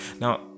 Now